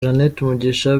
mugisha